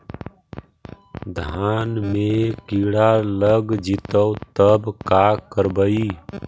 धान मे किड़ा लग जितै तब का करबइ?